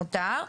מותר,